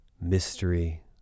mystery